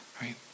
right